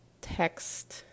text